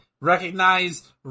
recognize